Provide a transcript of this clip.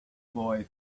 boy